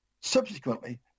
subsequently